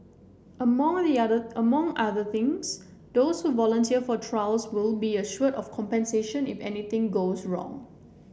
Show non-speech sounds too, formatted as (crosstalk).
(unintelligible) among other things those who volunteer for trials will be assured of compensation if anything goes wrong